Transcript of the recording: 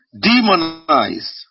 Demonized